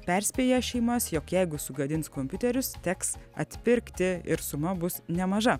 perspėja šeimas jog jeigu sugadins kompiuterius teks atpirkti ir suma bus nemaža